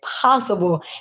possible